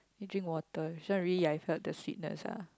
you drink water I felt the sweetness ah